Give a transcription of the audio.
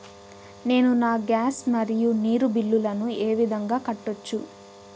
నేను నా గ్యాస్, మరియు నీరు బిల్లులను ఏ విధంగా కట్టొచ్చు?